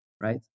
Right